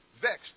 vexed